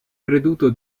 creduto